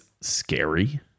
scary